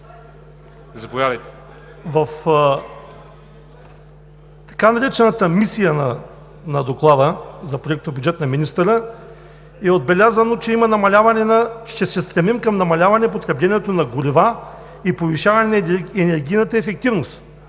В така наречената „мисия на доклада“ за Проектобюджет на министъра е отбелязано, че ще се стремим към намаляване на потреблението на горива и повишаване на енергийната ефективност,